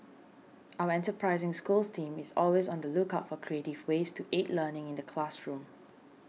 our enterprising Schools team is always on the lookout for creative ways to aid learning in the classroom